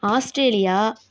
Australia